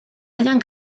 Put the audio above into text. hayan